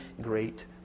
great